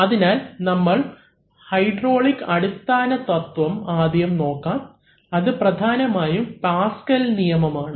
അതിനാൽ നമ്മൾക്ക് ഹൈഡ്രോളിക് അടിസ്ഥാന തത്ത്വം ആദ്യം നോക്കാം അത് പ്രധാനമായും പാസ്കൽ നിയമമാണ്